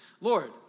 Lord